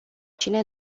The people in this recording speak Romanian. cine